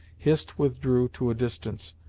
hist withdrew to a distance,